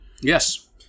Yes